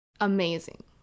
amazing